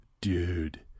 dude